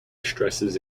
stresses